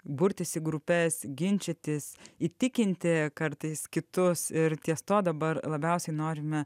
burtis į grupes ginčytis įtikinti kartais kitus ir ties tuo dabar labiausiai norime